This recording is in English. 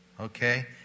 okay